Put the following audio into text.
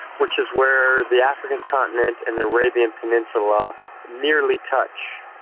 which is where the african continent and the arabian peninsula nearly touch.